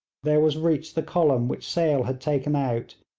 there was reached the column which sale had taken out,